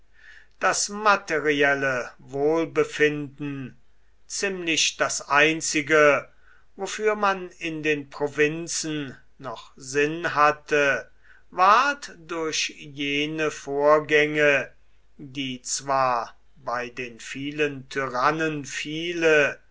das materielle wohlbefinden ziemlich das einzige wofür man in den provinzen noch sinn hatte ward durch jene vorgänge die zwar bei den vielen tyrannen viele